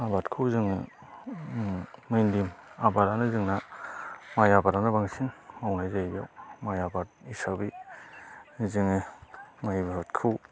आबादखौ जोङो मेइनलि आबादानो जोंना माइ आबादानो बांसिन मावनाय जायो बेयाव माइ आबाद हिसाबै जोङो माइ आबादखौ